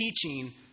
teaching